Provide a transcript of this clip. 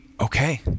okay